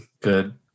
Good